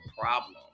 problem